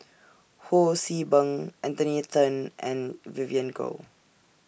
Ho See Beng Anthony Then and Vivien Goh